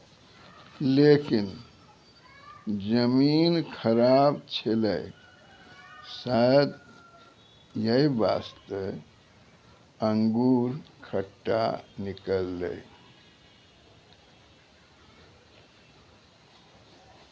लेकिन जमीन खराब छेलै शायद यै वास्तॅ अंगूर खट्टा निकललै